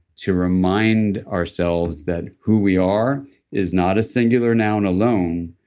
to remind ourselves that who we are is not a singular noun alone,